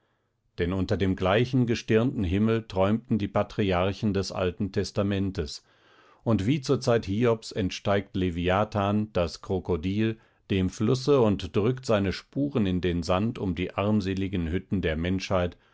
denn unter dem gleichen gestirnten himmel träumten die patriarchen des alten testamentes und wie zur zeit hiobs entsteigt leviathan das krokodil dem flusse und drückt seine spuren in den sand um die armseligen hütten der menschen